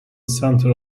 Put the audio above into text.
centre